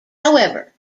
however